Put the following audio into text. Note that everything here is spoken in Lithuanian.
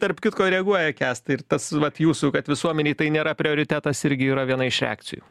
tarp kitko ir reaguoja kęstai ir tas vat jūsų kad visuomenei tai nėra prioritetas irgi yra viena iš reakcijų